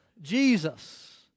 Jesus